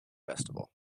festival